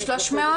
סעיף